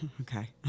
Okay